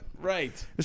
Right